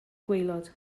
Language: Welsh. gwaelod